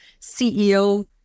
CEO